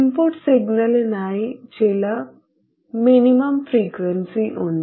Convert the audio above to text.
input സിഗ്നലിനായി ചില minimum frequency ഉണ്ട്